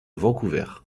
vancouver